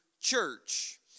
church